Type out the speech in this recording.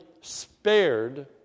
spared